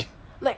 like